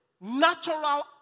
natural